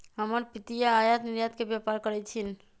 हमर पितिया आयात निर्यात के व्यापार करइ छिन्ह